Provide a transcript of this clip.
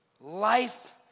life